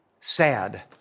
sad